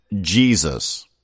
Jesus